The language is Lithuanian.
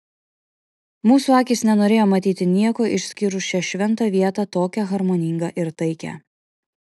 mūsų akys nenorėjo matyti nieko išskyrus šią šventą vietą tokią harmoningą ir taikią